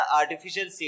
artificial